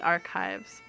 Archives